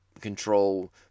control